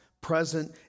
present